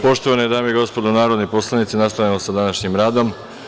Poštovane dame i gospodo narodni poslanici, nastavljamo sa današnjim radom.